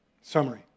summary